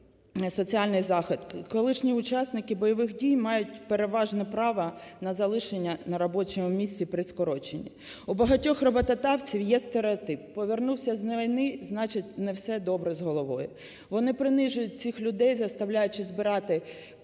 соціальний захист колишні учасники бойових дій мають переважне право на залишення на робочому місці при скороченні. У багатьох роботодавців є стереотип: повернувся з війни, значить не все добре з головою. Вони принижують цих людей, заставляючи збирати